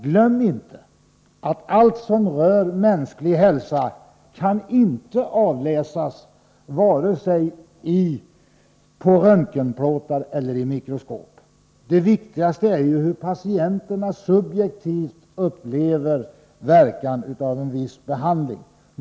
Glöm inte att allt som rör mänsklig hälsa inte kan avläsas vare sig på röntgenplåtar eller i mikroskop. Det viktigaste är ju hur patienter subjektivt uppfattar verkan av en viss behandling.